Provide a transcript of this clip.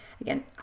Again